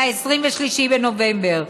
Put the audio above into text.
ב-23 בנובמבר,